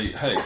hey